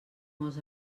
molts